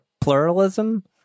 pluralism